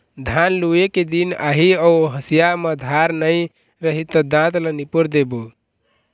धान लूए के दिन आही अउ हँसिया म धार नइ रही त दाँत ल निपोर देबे